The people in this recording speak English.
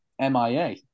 MIA